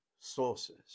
sources